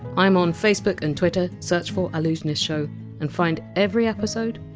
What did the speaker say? i! m on facebook and twitter search for allusionistshow and find every episode,